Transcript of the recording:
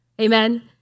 Amen